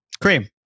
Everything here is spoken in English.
cream